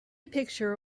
picture